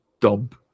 dump